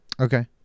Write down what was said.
Okay